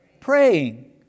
Praying